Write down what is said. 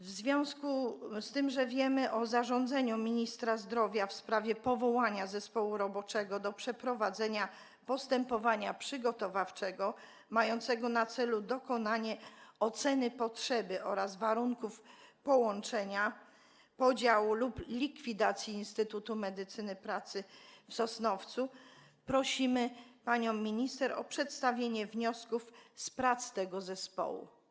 W związku z tym, że wiemy o zarządzeniu ministra zdrowia w sprawie powołania zespołu roboczego do przeprowadzenia postępowania przygotowawczego mającego na celu dokonanie oceny potrzeby oraz warunków połączenia, podziału lub likwidacji instytutu medycyny pracy w Sosnowcu, prosimy panią minister o przedstawienie wniosków wynikających z prac tego zespołu.